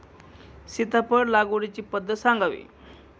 सीताफळ लागवडीची पद्धत सांगावी?